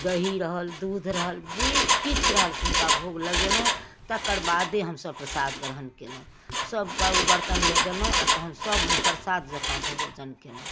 दही रहल दूध रहल जे किछु रहल से हुनका भोग लगेलहुँ तकर बादे हमसब प्रसाद ग्रहण कयलहुँ सबके आगूमे बर्तनमे देलहुँ तहन सब प्रसाद जकाँ भोजन कयलहुँ